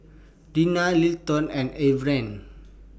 Reyna Littleton and Everett